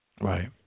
Right